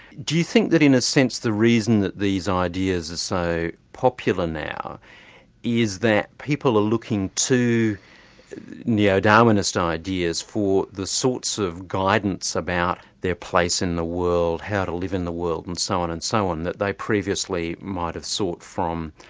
do you think that in a sense the reason that these ideas are so popular now is that people are looking to neo-darwinist ideas for the sorts of guidance about their place in the world, how to live in the world and so on and so on, that they previously might have sought from,